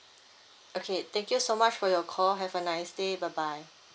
okay thank you so much for your call have a nice day bye bye